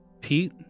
Pete